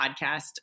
podcast